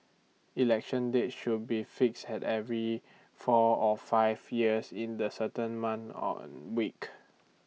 election dates should be fixed at every four or five years in the certain month on week